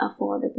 affordable